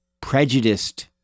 prejudiced